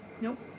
Nope